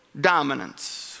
dominance